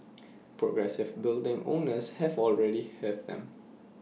progressive building owners have already have them